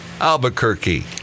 Albuquerque